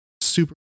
super